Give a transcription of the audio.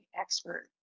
expert